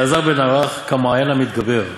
אלעזר בן ערך, כמעיין המתגבר.